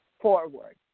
forward